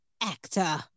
Actor